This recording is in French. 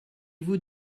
vous